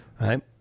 right